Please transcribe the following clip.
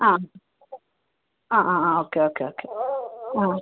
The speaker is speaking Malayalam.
ആ ഓക്കേ ഓക്കേ